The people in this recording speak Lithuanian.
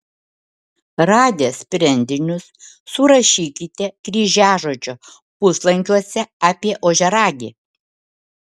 radę sprendinius surašykite kryžiažodžio puslankiuose apie ožiaragį